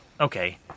okay